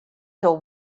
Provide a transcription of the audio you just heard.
till